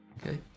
Okay